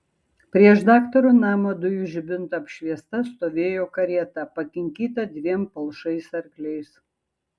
prieš daktaro namą dujų žibinto apšviesta stovėjo karieta pakinkyta dviem palšais arkliais